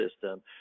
system